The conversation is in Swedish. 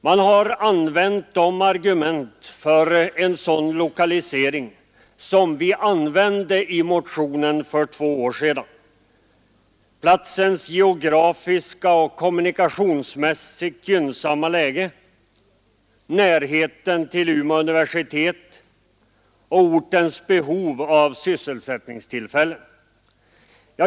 Man har använt de argument för en sådan lokalisering som vi använde i motionen för två år sedan: platsens geografiskt och kommunikationsmässigt gynnsamma läge, närheten till Umeå universitet och ortens behov av sysselsättningstillfällen.